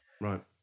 Right